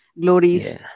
glories